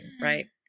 right